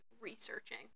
researching